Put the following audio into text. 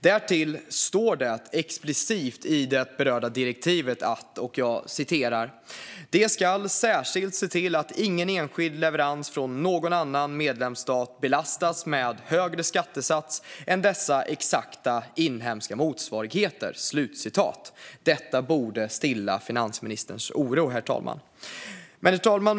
Därtill står det explicit i det berörda direktivet: "De skall särskilt se till att ingen enskild leverans från någon annan medlemsstat belastas med högre skattesats än dess exakta inhemska motsvarighet." Detta borde stilla finansministerns oro, herr talman. Herr talman!